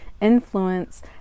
influence